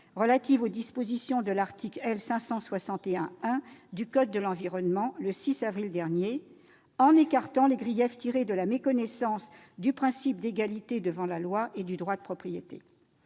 relative aux dispositions de l'article L. 561-1 du code de l'environnement le 6 avril dernier, en écartant les griefs tirés de la méconnaissance du principe d'égalité devant la loi et du droit de propriété.